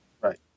Right